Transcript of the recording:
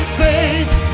faith